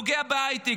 זה פוגע בהייטק,